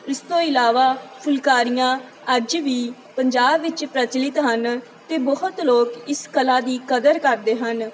ਇਸ ਤੋਂ ਇਲਾਵਾ ਫੁਲਕਾਰੀਆਂ ਅੱਜ ਵੀ ਪੰਜਾਬ ਵਿੱਚ ਪ੍ਰਚਲਿਤ ਹਨ ਅਤੇ ਬਹੁਤ ਲੋਕ ਇਸ ਕਲਾ ਦੀ ਕਦਰ ਕਰਦੇ ਹਨ